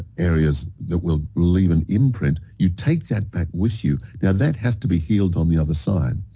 areas that will leave an imprint. you take that with you. yeah that has to be healed on the other side.